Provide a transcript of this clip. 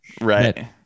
right